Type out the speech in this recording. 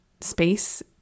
space